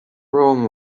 rome